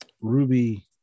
Ruby